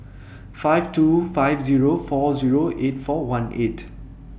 five two five Zero four Zero eight four one eight